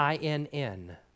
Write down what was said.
Inn